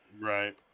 right